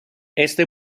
este